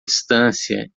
distância